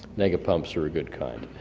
nega-pumps are a good kind.